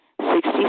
sixty